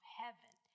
heaven